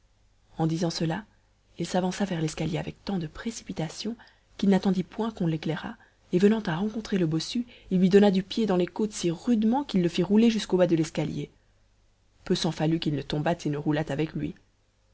en disant cela il s'avança vers l'escalier avec tant de précipitation qu'il n'attendit point qu'on l'éclairât et venant à rencontrer le bossu il lui donna du pied dans les côtes si rudement qu'il le fit rouler jusqu'au bas de l'escalier peu s'en fallut qu'il ne tombât et ne roulât avec lui